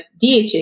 DHA